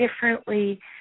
differently